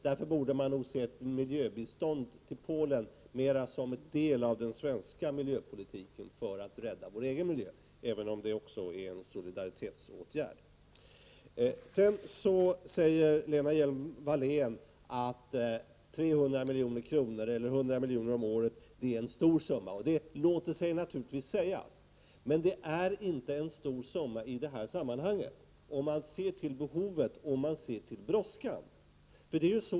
Man borde nog därför se ett miljöbistånd till Polen mer som en del av den svenska miljöpolitiken för att rädda vår egen miljö även om det också är en solidaritetsåtgärd. Lena Hjelm-Wallén säger att 300 milj.kr., eller 100 milj.kr. om året, är en stor summa. Det låter sig naturligtvis sägas, men det är ingen stor summa i det här sammanhanget om man ser till behovet och brådskan.